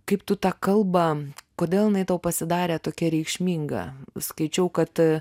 kaip tu tą kalbą kodėl jinai tau pasidarė tokia reikšminga skaičiau kad